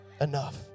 enough